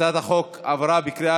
הצעת החוק המוצמדת עברה בדיון